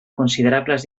considerables